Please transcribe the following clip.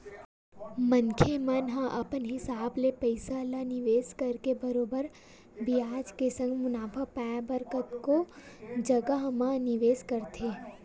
मनखे मन ह अपन हिसाब ले पइसा ल निवेस करके बरोबर बियाज के संग मुनाफा पाय बर कतको जघा म निवेस करथे